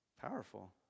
Powerful